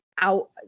out